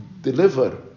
deliver